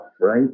right